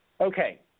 Okay